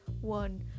One